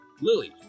Lily